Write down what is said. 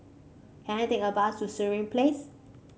can I take a bus to Sireh Place